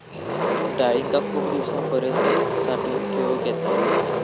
डाळींका खूप दिवसांपर्यंत साठवून ठेवक येता